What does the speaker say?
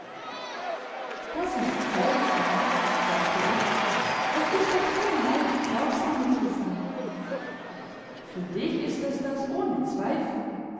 das ist seltsam sagte ich es ist doch so leicht sorgsam zu sein für dich ist es das ohne zweifel